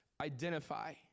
identify